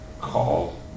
call